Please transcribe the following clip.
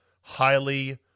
highly